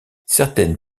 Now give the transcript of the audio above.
certaines